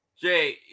Jay